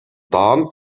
dan